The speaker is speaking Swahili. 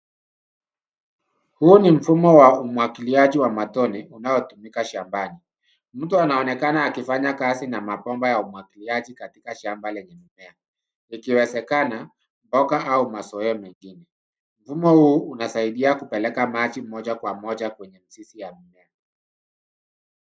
Huu ni mfumo wa umwagiliaji wa matone unaotumika shambani. Mtu anaonekana akifanya kazi na mabomba ya umwagiliaji katika shamba lenye mimea. Ikiwezekana mboga au mazoea mengine. Mfumo huu unasaidia kupeleka maji moja kwa moja kwenye mizizi ya mimea.